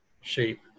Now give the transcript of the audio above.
shape